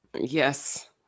Yes